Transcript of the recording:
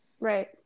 Right